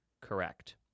correct